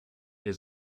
der